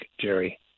Jerry